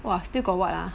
!wah! still got what ah